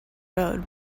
road